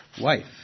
wife